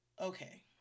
okay